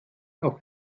auf